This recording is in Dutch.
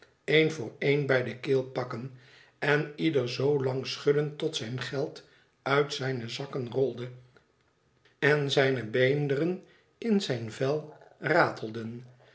een voor een bij de keel pakken en ieder zoolang schudden tot zijn geld uit zijne zakken rolde en zijne beenderen in zijn vel ratelden